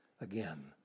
again